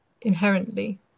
inherently